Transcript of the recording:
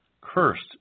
Cursed